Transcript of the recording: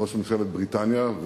ראש ממשלת בריטניה,